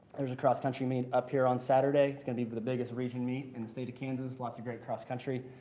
there's a cross country meet up here on saturday. it's going to be but the biggest regional meet in the state of kansas. lots of great cross country.